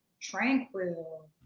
Tranquil